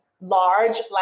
large